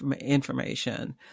information